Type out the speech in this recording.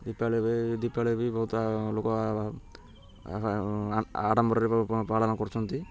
ଦୀପାବଳି ବି ଦୀପାବଳି ବି ବହୁତ ଲୋକ ଆଡ଼ମ୍ବରରେ ପାଳନ କରୁଛନ୍ତି